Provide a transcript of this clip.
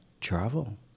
travel